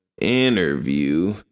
interview